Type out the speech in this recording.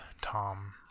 Tom